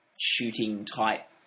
shooting-type